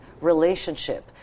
relationship